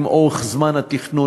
עם אורך זמן התכנון,